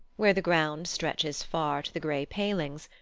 where the ground stretches far to the grey palings,